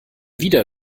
wieder